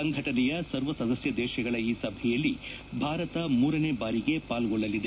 ಸಂಘಟನೆಯ ಸರ್ವಸದಸ್ಯ ದೇಶಗಳ ಈ ಸಭೆಯಲ್ಲಿ ಭಾರತ ಮೂರನೇ ಬಾರಿಗೆ ಪಾಲ್ಗೊಳ್ಳಲಿದೆ